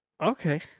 Okay